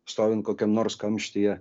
stovint kokiam nors kamštyje